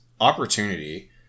opportunity